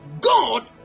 god